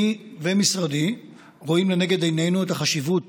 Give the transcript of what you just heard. אני ומשרדי רואים לנגד עינינו את החשיבות